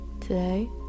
Today